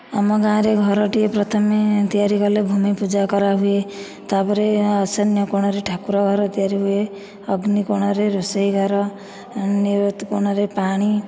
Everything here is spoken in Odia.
ଆମ ଗାଁ ରେ ଘର ଟିଏ ପ୍ରଥମେ ତିଆରି କଲେ ଭୂମି ପୂଜା କରା ହୁଏ ତାପରେ ଐସନ୍ୟ କୋଣ ରେ ଠାକୁର ଘର ତିଆରି ହୁଏ ଅଗ୍ନି କୋଣ ରେ ରୋଷେଇ ଘର ନିୟୁତ କୋଣ ରେ ପାଣି